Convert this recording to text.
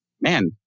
man